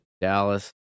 Dallas